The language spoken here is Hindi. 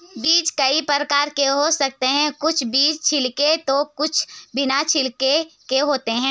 बीज कई प्रकार के हो सकते हैं कुछ बीज छिलके तो कुछ बिना छिलके के होते हैं